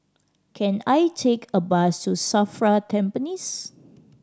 can I take a bus to SAFRA Tampines